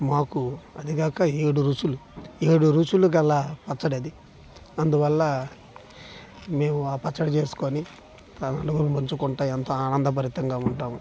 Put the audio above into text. మాకు అదికాక ఏడు రుచులు ఏడు రుచులుగల పచ్చడి అది అందువల్ల మేము ఆ పచ్చడి చేసుకొని నలుగురికి పంచుకుంటూ ఎంత ఆనందభరితంగా ఉంటాము